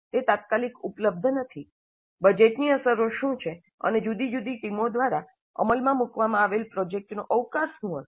તે તાત્કાલિક ઉપલબ્ધ નથી બજેટની અસરો શું છે અને જુદી જુદી ટીમો દ્વારા અમલમાં મૂકવામાં આવેલા પ્રોજેક્ટનો અવકાશ શું હશે